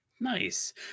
Nice